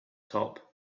top